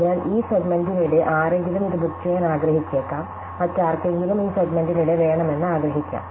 അതിനാൽ ഈ സെഗ്മെന്റിനിടെ ആരെങ്കിലും ഇത് ബുക്ക് ചെയ്യാൻ ആഗ്രഹിച്ചേക്കാം മറ്റാര്കെങ്കിലും ഈ സെഗ്മെന്റിനിടെ വേണമെന്ന് ആഗ്രഹിക്കാം